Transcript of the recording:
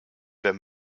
them